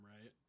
right